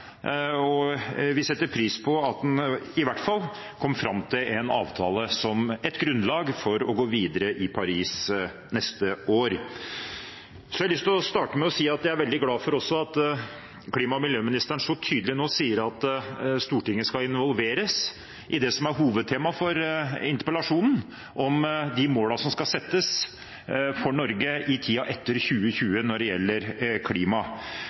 og vi setter pris på at en i hvert fall kom fram til en avtale som et grunnlag for å gå videre i Paris neste år. Jeg er også veldig glad for at klima- og miljøministeren så tydelig nå sier at Stortinget skal involveres i det som er hovedtemaet for interpellasjonen, de målene som skal settes for Norge i tiden etter 2020 når det gjelder klima.